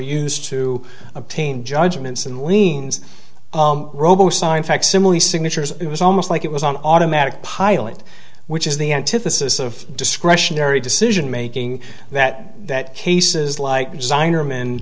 used to obtain judgments and liens robo sign facsimile signatures it was almost like it was on automatic pilot which is the antithesis of discretionary decision making that that cases like designer